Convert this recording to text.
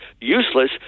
useless